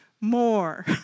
more